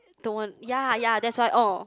don't want ya ya that's why orh